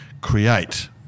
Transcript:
create